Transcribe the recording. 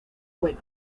bueno